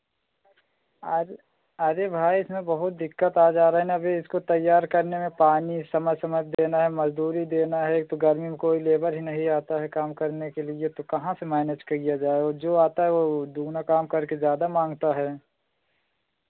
अरे अरे भाई इसमें बहुत दिक्कत आ जा रही ना अभी इसको तैयार करने में पानी समय समय पे देना है मज़दूरी देना है एक तो गर्मी में कोई लेबर ही नहीं आता है काम करने के लिए तो कहाँ से मैनेज किया जाए और जो आता है वो दुगना काम करके ज़्यादा माँगता है